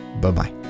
Bye-bye